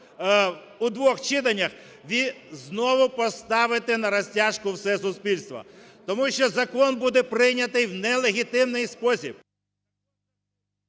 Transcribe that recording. у двох читаннях, ви знову поставите на розтяжку все суспільство. Тому що закон буде прийнятий не в легітимний спосіб.